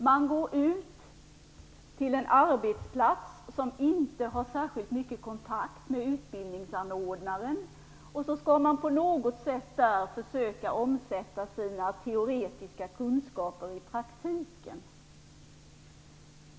Man går ut till en arbetsplats som inte har särskilt mycket kontakt med utbildningsanordnaren, och där skall man på något sätt försöka omsätta sina teoretiska kunskaper i praktiken.